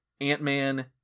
Ant-Man